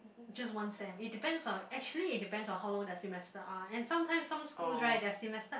just one sem it depends on actually it depends on how long their semester are and sometimes some schools right their semester are